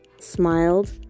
smiled